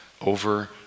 over